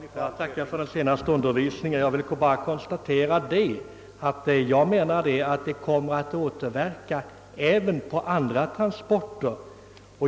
Herr talman! Jag tackar för den senaste undervisningen. Jag vill bara konstatera att taxehöjningen kommer att återverka även på andra transporter.